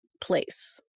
place